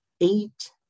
eight